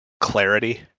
clarity